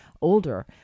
older